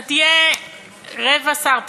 אתה תהיה רבע שר התקשורת,